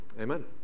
Amen